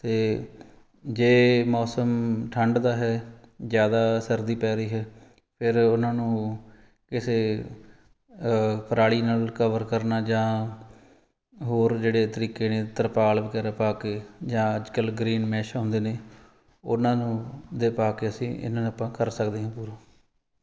ਅਤੇ ਜੇ ਮੌਸਮ ਠੰਡ ਦਾ ਹੈ ਜ਼ਿਆਦਾ ਸਰਦੀ ਪੈ ਰਹੀ ਹੈ ਫਿਰ ਉਹਨਾਂ ਨੂੰ ਕਿਸੇ ਪਰਾਲੀ ਨਾਲ ਕਵਰ ਕਰਨਾ ਜਾਂ ਹੋਰ ਜਿਹੜੇ ਤਰੀਕੇ ਨੇ ਤਰਪਾਲ ਵਗੈਰਾ ਪਾ ਕੇ ਜਾਂ ਅੱਜ ਕੱਲ੍ਹ ਗਰੀਨਮੈਸ਼ ਆਉਂਦੇ ਨੇ ਉਹਨਾਂ ਨੂੰ ਜੇ ਪਾ ਕੇ ਅਸੀਂ ਇਨ੍ਹਾਂ ਨੂੰ ਆਪਾਂ ਕਰ ਸਕਦੇ ਹਾਂ ਪੂਰਾ